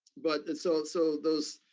but it's, so so those,